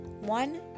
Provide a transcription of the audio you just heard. one